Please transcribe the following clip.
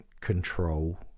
control